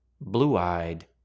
blue-eyed